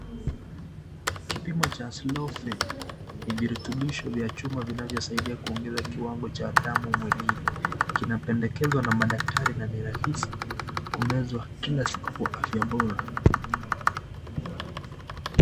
Kipimo cha Slow Fe ni virutubisho vya chuma vinavyosaidia kuongeza kiwango cha damu mwilini, kinapendekezwa na madaktari na ni rahisi kumezwa kila siku kwa afya bora.